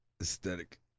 aesthetic